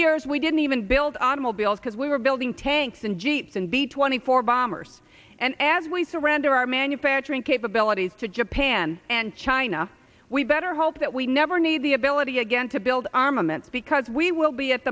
years we didn't even build on will be able because we were building tanks and jeeps and b twenty four bombers and as we surrender our manufacturing capabilities to japan and china we better hope that we never need the ability again to build armaments because we will be at